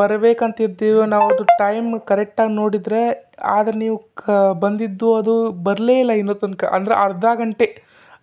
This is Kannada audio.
ಬರ್ಬೇಕಂತ ಇದ್ದೀವಿ ನಾವು ಅದು ಟೈಮ್ ಕರೆಕ್ಟ್ ಆಗಿ ನೋಡಿದರೆ ಆದರೆ ನೀವು ಕ್ ಬಂದಿದ್ದು ಅದು ಬರಲೇ ಇಲ್ಲ ಇನ್ನೂ ತನಕ ಅಂದರೆ ಅರ್ಧ ಗಂಟೆ